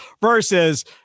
versus